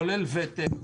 כולל וותק,